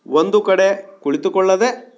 ಒಂದು ಕಡೆ ಕುಳಿತುಕೊಳ್ಳದೆ